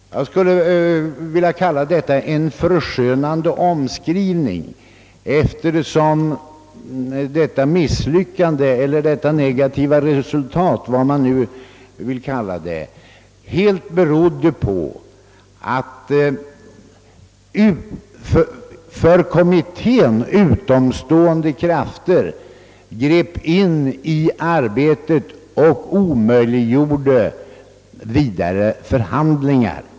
Jag skulle vilja kalla detta en förskönande omskrivning, eftersom detta misslyckande eller negativa resultat, vilket man nu vill kalla det, helt berodde på att för kommittén, om jag så får uttrycka mig, utomstående krafter grep in i arbetet och omöjliggjorde vidare förhandlingar.